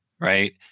right